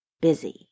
busy